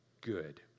Good